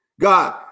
God